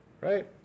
Right